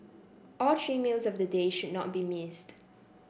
all three meals of the day should not be missed